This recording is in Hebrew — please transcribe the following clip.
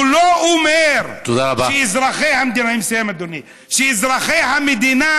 הוא לא אומר, אני מסיים, אדוני, שאזרחי המדינה